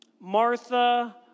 Martha